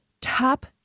top